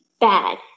bad